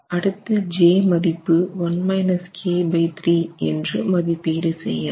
அடுத்து j மதிப்பு 1 k3 என்று மதிப்பீடு செய்யலாம்